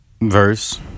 Verse